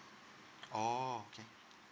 oh okay